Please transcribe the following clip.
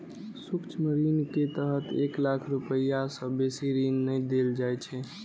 सूक्ष्म ऋण के तहत एक लाख रुपैया सं बेसी ऋण नै देल जाइ छै